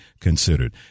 considered